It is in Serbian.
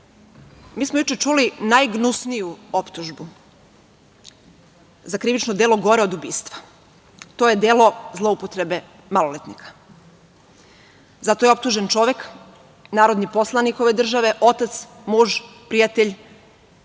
ja. Mi smo juče čuli najgnusniju optužbu za krivično delo gore od ubistva. To je delo zloupotrebe maloletnika. Za to je optužen čovek, narodni poslanik ove države, otac, muž, prijatelj